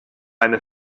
eine